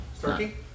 Turkey